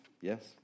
Yes